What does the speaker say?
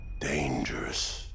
dangerous